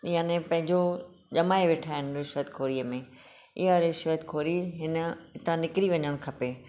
याने पंहिंजो जमाए वेठा आहिनि रिश्वत खोरीअ में इहा रिश्वत खोरी हिन तां निकिरी वञणु खपे